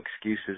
excuses